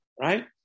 right